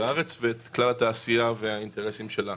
הארץ ואת כלל התעשייה והאינטרסים שלה